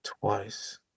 Twice